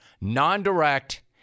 non-direct